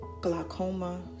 glaucoma